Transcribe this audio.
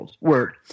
word